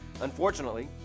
Unfortunately